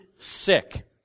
sick